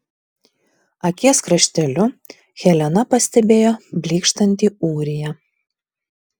akies krašteliu helena pastebėjo blykštantį ūriją